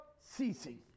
ceasing